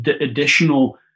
additional